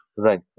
Right